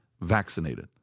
vaccinated